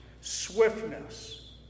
Swiftness